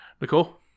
Nicole